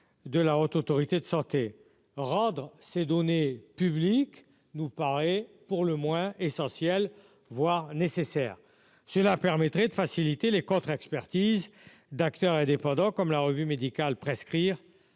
de la Haute autorité de santé rendre ces données publiques nous paraît pour le moins essentiel, voire nécessaire, cela permettrait de faciliter les contre-expertise d'acteurs indépendants comme la revue médicale Prescrire